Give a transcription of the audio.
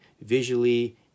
visually